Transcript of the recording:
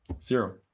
Zero